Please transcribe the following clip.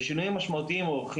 ושינויים משמעותיים אורכים זמן.